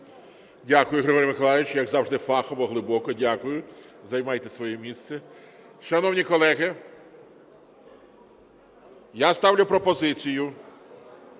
Дякую, Григорій Миколайович. Як завжди, фахово, глибоко. Дякую. Займайте своє місце. Шановні колеги, я ставлю пропозицію